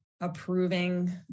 approving